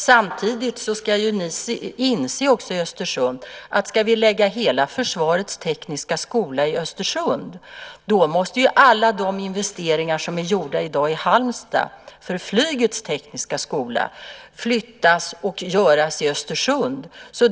Samtidigt måste man i Östersund inse att om vi ska förlägga hela försvarets tekniska skola till Östersund, då måste alla investeringar som är gjorda i Halmstad för flygets tekniska skola flyttas till Östersund.